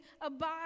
abide